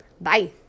Bye